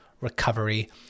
recovery